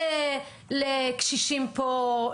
לקשישים פה,